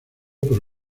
por